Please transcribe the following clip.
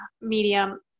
medium